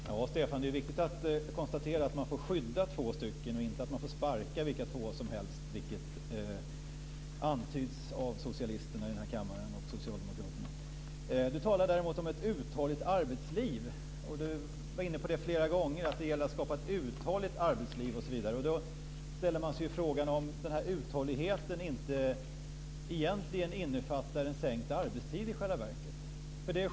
Herr talman! Stefan Attefall, det är viktigt att konstatera att man får skydda två personer, inte att man får sparka vilka två som helst - vilket antytts av socialisterna och socialdemokraterna i denna kammare. Däremot talade du, Stefan, om ett uthålligt arbetsliv. Flera gånger var du inne på att det gäller att skapa ett uthålligt arbetsliv osv. Då kan man undra om inte den här uthålligheten i själva verket innefattar sänkt arbetstid.